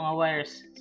wires